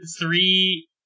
three